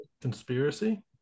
Conspiracy